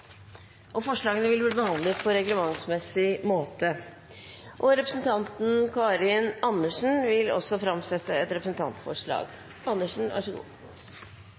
og ansvarleg hundehald. Representanten Karin Andersen vil også framsette et representantforslag.